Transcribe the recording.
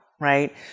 right